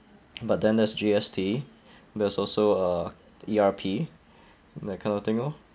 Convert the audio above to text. but then there's G_S_T there's also uh E_R_P that kind of thing orh